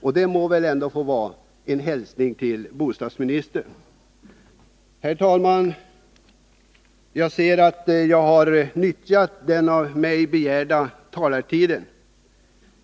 Detta må väl ändå få vara en hälsning till bostadsministern. Herr talman! Jag ser att jag har utnyttjat den av mig begärda taletiden.